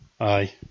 Aye